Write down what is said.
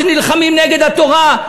כשנלחמים נגד התורה,